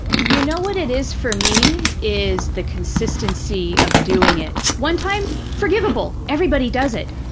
you know what it is for me, is the consistency of doing it. one time, forgivable. everybody does it.